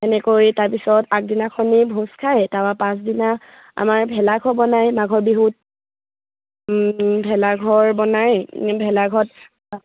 তেনেকৈ তাৰপিছত আগদিনাখন ভোজ খায় তাৰপৰা পাছদিনা আমাৰ ভেলাঘৰ বনায় মাঘৰ বিহুত ভেলাঘৰ বনাই ভেলাঘৰত